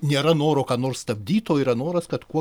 nėra noro ką nors stabdyt o yra noras kad kuo